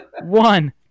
one